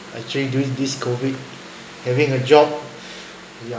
actually during this COVID having a job ya